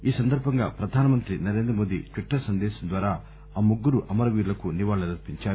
ఈ సందర్బంగా ప్రధానమంత్రి నరేంద్రమోది ట్విట్టర్ సందేశం ద్వారా ఆ ముగ్గురు అమర వీరులకు నివాళులర్పించారు